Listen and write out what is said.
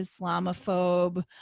Islamophobe